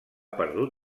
perdut